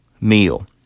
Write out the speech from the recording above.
meal